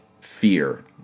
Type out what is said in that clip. fear